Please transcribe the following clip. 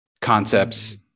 concepts